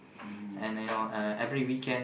mm